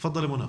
תפדאלי, מונא.